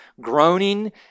groaning